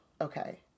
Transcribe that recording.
okay